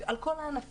על כל הענפים?